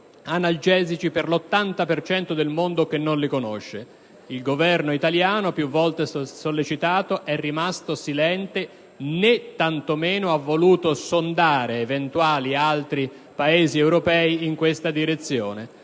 analgesici per quell'80 per cento del mondo che non li conosce. Il Governo italiano, più volte sollecitato, è rimasto silente né tanto meno ha voluto sondare eventuali altri Paesi europei in questa direzione.